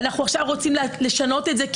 אנחנו עכשיו רוצים לשנות את זה,